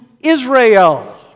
Israel